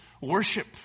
worship